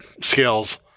skills